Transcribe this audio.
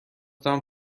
دارم